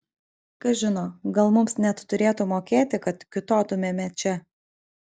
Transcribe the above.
kas žino gal mums net turėtų mokėti kad kiūtotumėme čia